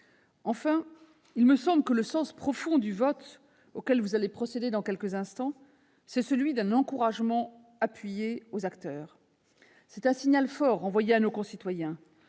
Enfin, il me semble que le sens profond du vote auquel vous allez procéder dans quelques instants est celui d'un encouragement appuyé aux acteurs. C'est un signal fort envoyé à nos concitoyens,